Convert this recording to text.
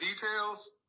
details